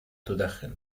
تدخن